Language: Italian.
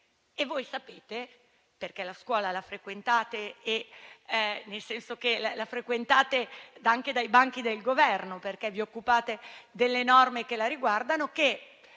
e voi sapete, perché la scuola la frequentate - nel senso che la frequentate dai banchi del Governo, perché vi occupate delle norme che la riguardano - che